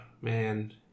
man